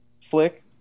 flick